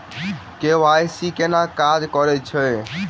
ई KYC केना काज करैत अछि?